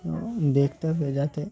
তো দেখতে হবে যাতে